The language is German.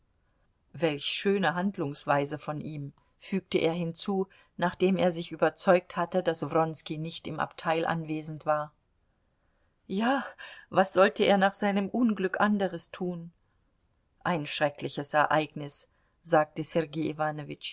welch schöne handlungsweise von ihm fügte er hinzu nachdem er sich überzeugt hatte daß wronski nicht im abteil anwesend war ja was sollte er nach seinem unglück anderes tun ein schreckliches ereignis sagte sergei